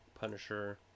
punisher